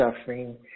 suffering